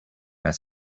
that